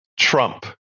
Trump